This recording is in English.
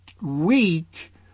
weak